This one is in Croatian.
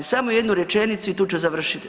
Samo jednu rečenicu i tu ću završiti.